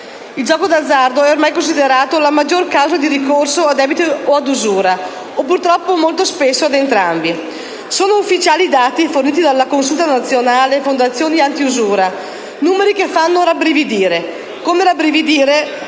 Il gioco d'azzardo è ormai considerato la maggior causa di ricorso a debito o ad usura o purtroppo, molto spesso, ad entrambi. Sono ufficiali i dati forniti dalla Consulta nazionale delle fondazioni antiusura, numeri che fanno rabbrividire, come fa rabbrividire